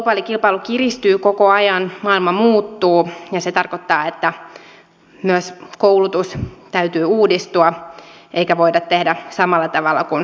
globaali kilpailu kiristyy koko ajan maailma muuttuu ja se tarkoittaa että myös koulutuksen täytyy uudistua eikä voida tehdä samalla tavalla kuin aina ennen